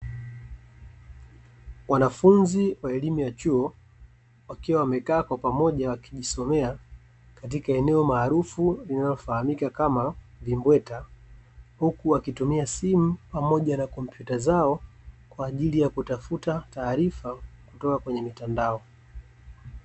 Wanafunzi wa elimu ya chuo, wakiwa wamekaa kwa pamoja wakijisomea katika eneo maarufu linalofahamika kama vimbweta. Huku wakitumia simu pamoja na kompyuta zao, kwa ajili ya kutafuta taarifa kutoka kwenye mitandao.